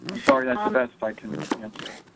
i'm sorry that's the best i can answer.